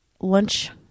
lunch